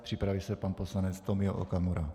Připraví se pan poslanec Tomio Okamura.